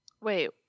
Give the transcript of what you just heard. Wait